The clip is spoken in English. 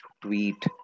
tweet